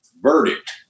verdict